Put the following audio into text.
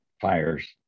fires